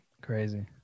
crazy